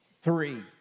Three